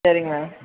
சரிங் மேம்